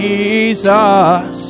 Jesus